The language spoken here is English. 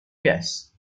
gas